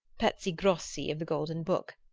pezzi grossi of the golden book.